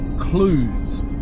Clues